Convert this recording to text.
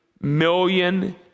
million